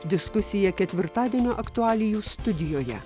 diskusija ketvirtadienio aktualijų studijoje